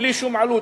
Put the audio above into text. בלי שום עלות,